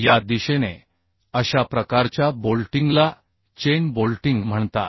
या दिशेने अशा प्रकारच्या बोल्टिंगला चेन बोल्टिंग म्हणतात